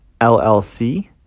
LLC